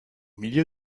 milieu